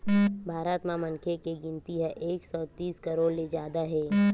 भारत म मनखे के गिनती ह एक सौ तीस करोड़ ले जादा हे